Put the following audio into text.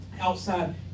outside